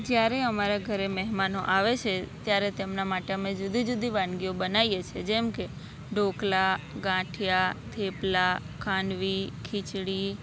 જ્યારે અમારા ઘરે મહેમાનો આવે છે ત્યારે તેમના માટે અમે જુદી જુદી વાનગીઓ બનાવીએ છે જેમ કે ઢોકળા ગાંઠિયા થેપલા ખાંડવી ખિચડી